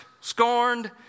scorned